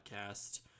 podcast